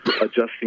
adjusting